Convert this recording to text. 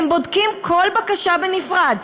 הם בודקים כל בקשה בנפרד,